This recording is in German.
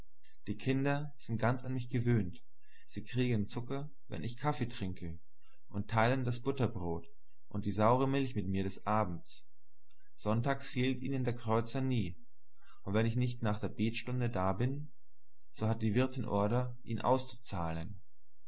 die kinder sind ganz an mich gewöhnt sie kriegen zucker wenn ich kaffee trinke und teilen das butterbrot und die saure milch mit mir des abends sonntags fehlt ihnen der kreuzer nie und wenn ich nicht nach der betstunde da bin so hat die wirtin ordre ihn auszuzahlen